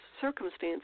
circumstances